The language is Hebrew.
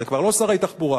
זה כבר לא שרי תחבורה.